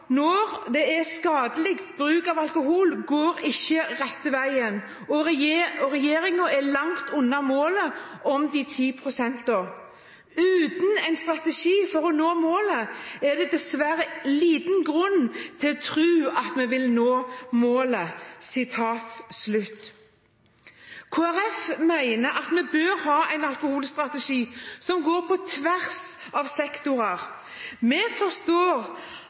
når det gjeld skadeleg bruk av alkohol går ikkje rette vegen, og regjeringa er langt unna målet om ti prosent reduksjon. Utan ein strategi for å nå målet, er det diverre liten grunn til å tru at me vil nå det.» Kristelig Folkeparti mener at vi bør ha en alkoholstrategi som går på tvers av